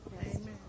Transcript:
Amen